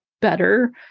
better